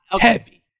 heavy